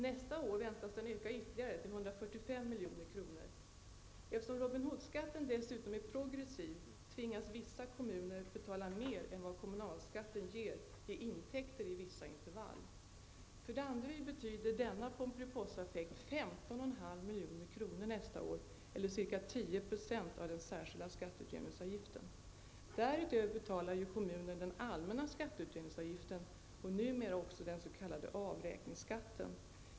Nästa år väntas den öka ytterligare, till 145 milj.kr. Eftersom Robin Hoodskatten dessutom är progressiv tvingas vissa kommuner betala mer än vad kommunalskatten ger i intäkter i vissa intervall. För Danderyd betyder denna Pomperipossa-effekt 15,5 milj.kr. nästa år, eller ca 10 % av den särskilda skatteutjämningsavgiften. Därutöver betalar ju kommunen den allmänna skatteutjämningsavgiften och numera också den s.k. avräkningsskatten.